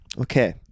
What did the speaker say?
Okay